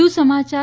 વધુ સમાચાર